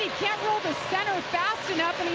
to center fast enough.